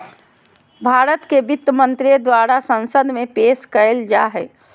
भारत के वित्त मंत्री द्वारा संसद में पेश कइल जा हइ